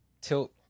tilt